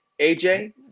AJ